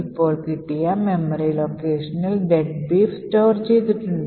ഇപ്പോൾ കിട്ടിയ memory locationൽ "deadbeef" store ചെയ്തിട്ടുണ്ട്